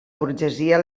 burgesia